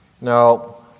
Now